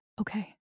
Okay